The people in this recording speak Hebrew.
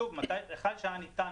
היכן שניתן היה